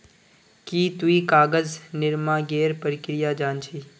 की तुई कागज निर्मानेर प्रक्रिया जान छि